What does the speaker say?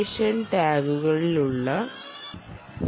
യേഷൻ ടാഗുകളുള്ള automotive tag ഉണ്ടായിരിക്കാം